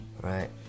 Right